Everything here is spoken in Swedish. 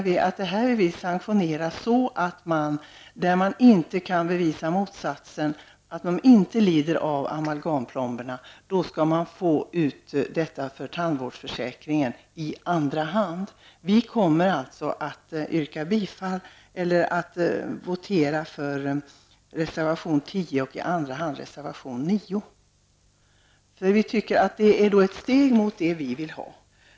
Vi vill sanktionera det så att om man inte kan bevisa motsatsen -- att patienten inte lider av amalgamplomberna -- skall man få ut ersättning från tandvårdsförsäkringen. Vi kommer alltså att votera för reservation 10 och i andra hand reservation 9. Vi tycker att det är ett steg mot det vi vill ha.